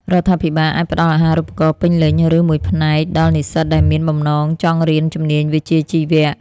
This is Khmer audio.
រដ្ឋាភិបាលអាចផ្តល់អាហារូបករណ៍ពេញលេញ ឬមួយផ្នែកដល់និស្សិតដែលមានបំណងចង់រៀនជំនាញវិជ្ជាជីវៈ។